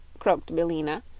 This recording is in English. croaked billina,